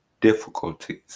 difficulties